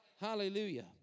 Hallelujah